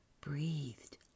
breathed